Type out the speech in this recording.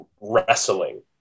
wrestling